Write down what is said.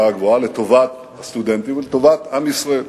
הגבוהה לטובת הסטודנטים ולטובת עם ישראל.